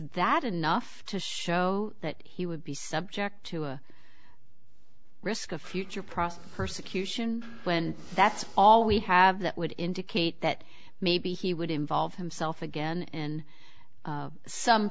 that enough to show that he would be subject to a risk of future process persecution when that's all we have that would indicate that maybe he would involve himself again in some